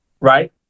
right